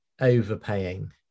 overpaying